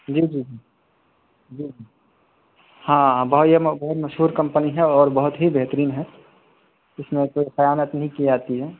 جی جی جی جی ہاں بھائی یہ بہت مشہور کمپنی ہے اور بہت ہی بہترین ہے اس میں کوئی خیانت نہیں کی جاتی ہے